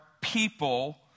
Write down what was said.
people